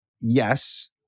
yes